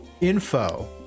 info